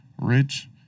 Rich